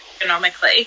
economically